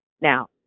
Now